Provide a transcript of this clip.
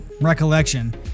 recollection